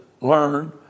learn